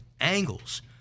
angles